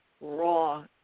raw